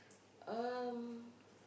um